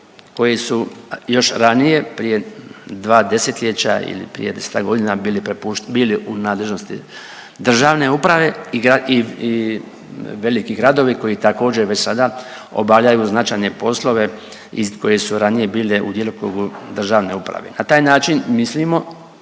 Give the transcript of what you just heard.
koji su još ranije prije 2 desetljeća ili prije desetak godina bili .../nerazumljivo/... bili u nadležnosti državne uprave i velikih gradovi koji također, već sada obavljaju značajne poslove iz koje su ranije bile u djelokrugu državne uprave. Na taj način mislimo